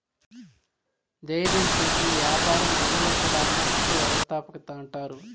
దయిర్యం సేసి యాపారం మొదలెట్టడాన్ని కొత్త వ్యవస్థాపకత అంటారు